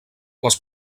les